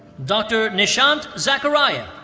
dr. nishant zachariah.